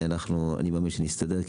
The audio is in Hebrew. אני מאמין שנסתדר,